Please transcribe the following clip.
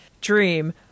dream